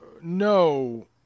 no